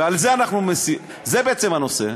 וזה בעצם הנושא,